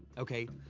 okay?